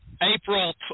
April